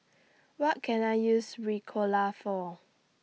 What Can I use Ricola For